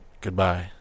Goodbye